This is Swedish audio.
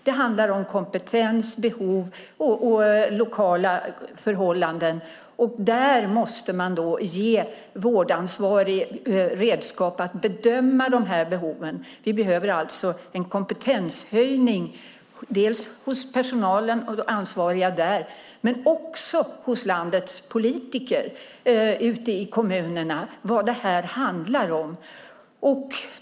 Det handlar om kompetens, behov och lokala förhållanden, och där måste man ge vårdansvarig redskap att bedöma de här behoven. Vi behöver alltså en kompetenshöjning hos personalen och de ansvariga där men också hos landets politiker ute i kommunerna beträffande vad det här handlar om.